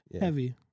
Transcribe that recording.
heavy